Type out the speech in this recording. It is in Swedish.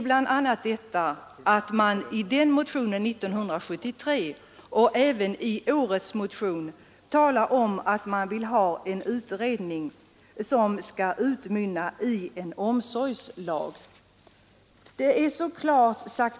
Både i årets motion och i motionen från 1973 talar man om att man vill ha en utredning som utmynnar i en omsorgslag.